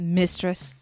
mistress